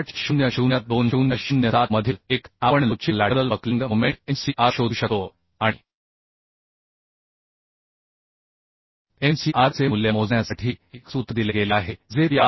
800 2007 मधील 1 आपण लवचिक लॅटरल बक्लिंग मोमेंट mcr शोधू शकतो आणि mcr चे मूल्य मोजण्यासाठी एक सूत्र दिले गेले आहे जे पी